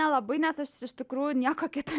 nelabai nes aš iš tikrųjų nieko kito